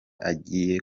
agiye